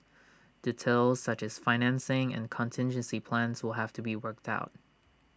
details such as financing and contingency plans will have to be worked out